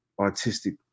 artistic